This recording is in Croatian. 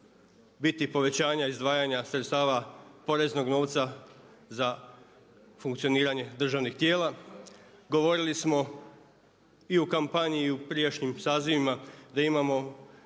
biti povećanja izdvajanja sredstava poreznog novca za funkcioniranje državnih tijela. Govorili smo i u kampanji i u prijašnjim sazivima da imamo